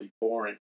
boring